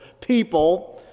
people